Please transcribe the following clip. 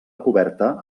coberta